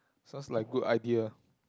sounds like good idea